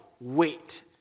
wait